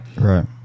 Right